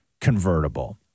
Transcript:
convertible